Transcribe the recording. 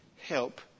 help